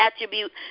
attribute